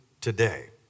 today